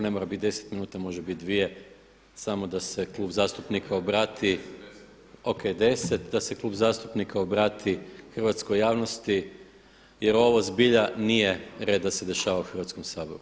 Ne mora biti 10 minuta, može bit dvije, samo da se klub zastupnika obrati. … [[Upadica sa strane, ne čuje se.]] O.k. deset, da se klub zastupnika obrati hrvatskoj javnosti jer ovo zbilja nije red da se dešava u Hrvatskom saboru.